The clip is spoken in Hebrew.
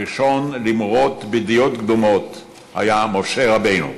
הראשון למרוד בדעות קדומות היה משה רבנו,